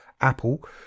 Apple